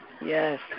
Yes